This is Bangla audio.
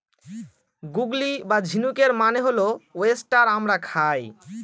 গুগলি বা ঝিনুকের মানে হল ওয়েস্টার আমরা খাই